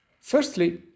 Firstly